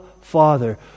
Father